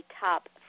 top